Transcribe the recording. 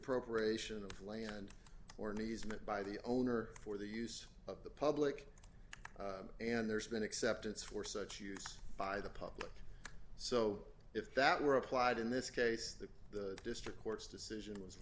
appropriation of land or an easement by the owner for the use of the public and there's been acceptance for such use by the public so if that were applied in this case that the district court's decision was